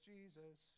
Jesus